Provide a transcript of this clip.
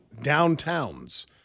downtowns